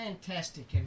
fantastic